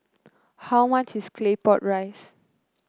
how much is Claypot Rice